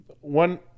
one